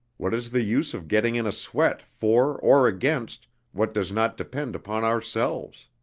what is the use of getting in a sweat for or against what does not depend upon ourselves?